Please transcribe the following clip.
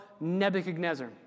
Nebuchadnezzar